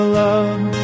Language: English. love